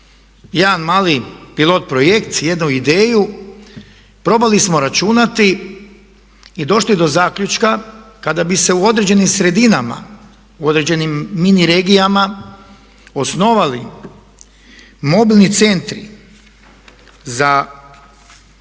jedan mali pilot projekt, jednu ideju, probali smo računati i došli do zaključka kada bi se u određenim sredinama, u određenim mini regijama osnovali mobilni centri za potporu